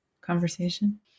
conversation